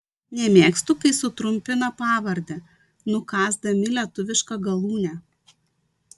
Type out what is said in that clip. nemėgstu kai sutrumpina pavardę nukąsdami lietuvišką galūnę